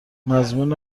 مضمون